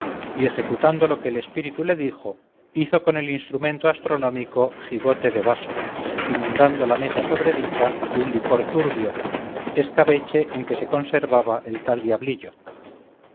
y ejecutando lo que el espíritu le dijo hizo con el instrumento astronómico jigote del vaso inundando la mesa sobredicha de un licor turbio escabeche en que se conservaba el tal diablillo